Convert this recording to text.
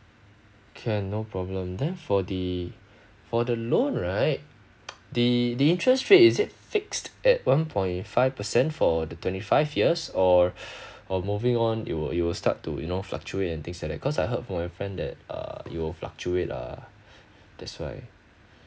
can no problem then for the for the loan right the the interest rate is it fixed at one point five percent for the twenty five years or or moving on it will it will start to you know fluctuate and things like that cause I heard from my friend that uh it'll fluctuate lah that's why